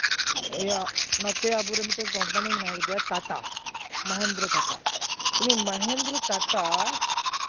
ᱤᱭᱟᱹ ᱱᱚᱛᱮ ᱟᱵᱚᱨᱮᱱ ᱢᱤᱫᱴᱮᱱ ᱠᱚᱢᱯᱟᱱᱤ ᱢᱮᱱᱟᱭ ᱠᱟᱫᱮᱭᱟ ᱴᱟᱴᱟ ᱢᱚᱦᱮᱱᱫᱨᱚ ᱴᱟᱴᱟ ᱩᱱᱤ ᱢᱚᱦᱮᱱᱫᱨᱚ ᱴᱟᱴᱟ